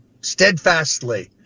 steadfastly